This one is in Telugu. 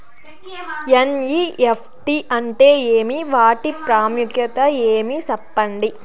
ఎన్.ఇ.ఎఫ్.టి అంటే ఏమి వాటి ప్రాముఖ్యత ఏమి? సెప్పండి?